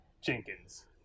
Jenkins